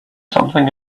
something